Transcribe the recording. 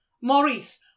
maurice